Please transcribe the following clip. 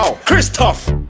Christoph